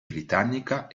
britannica